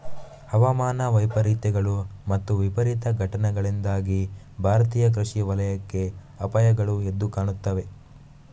ಹವಾಮಾನ ವೈಪರೀತ್ಯಗಳು ಮತ್ತು ವಿಪರೀತ ಘಟನೆಗಳಿಂದಾಗಿ ಭಾರತೀಯ ಕೃಷಿ ವಲಯಕ್ಕೆ ಅಪಾಯಗಳು ಎದ್ದು ಕಾಣುತ್ತವೆ